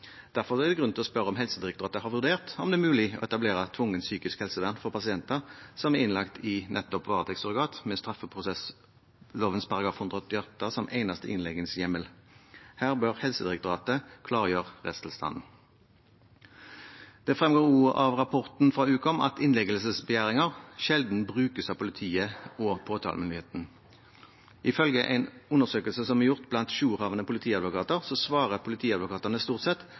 er det grunn til å spørre om Helsedirektoratet har vurdert om det er mulig å etablere tvungent psykisk helsevern for pasienter som er innlagt i varetektssurrogat med straffeprosessloven § 188 som eneste innleggelseshjemmel. Her bør Helsedirektoratet klargjøre rettstilstanden. Det fremgår også av Ukoms rapport at innleggelsesbegjæringer brukes sjelden av politiet og påtalemyndigheten. Ifølge en undersøkelse Ukom har foretatt blant jourhavende politiadvokater, svarer politiadvokatene stort sett